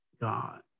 God